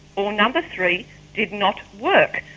or number three did not work.